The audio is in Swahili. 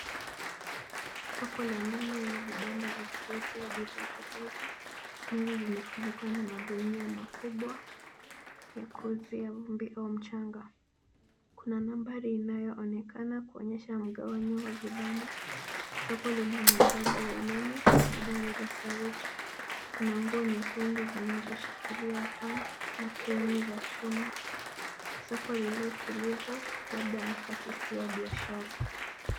Soko la ndani yenye vibanda vya kuuzia bidhaa tofauti. Mbele limefunikwa na magunia makubwa ya kuzuia mchanga. Kuna nambari inayoonekana kuonyesha mgawanyo wa vibanda . Soko lina mwangaza wa umeme na dari la saruji. Kuna nguzo nyekundu zinazoshikilia paa na fremu za chuma. Soko lilotulivu ,labda wakati si wa biashara.